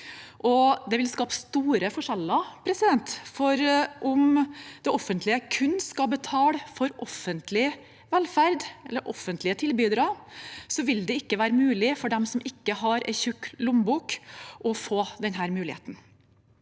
Det vil skape store forskjeller, for om det offentlige kun skal betale for offentlig velferd eller offentlige tilbydere, vil det ikke være mulig for dem som ikke har en tjukk lommebok, å få denne muligheten.